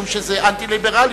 משום שזה אנטי-ליברליות.